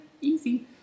easy